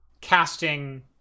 casting